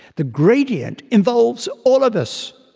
the gradient involves all of us.